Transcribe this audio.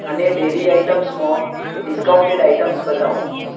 મને ડેરી આઇટમ્સમાં discounted items બતાવો